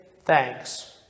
thanks